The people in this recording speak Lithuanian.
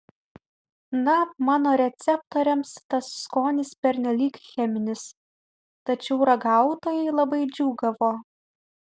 na mano receptoriams tas skonis pernelyg cheminis tačiau ragautojai labai džiūgavo